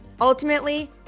Ultimately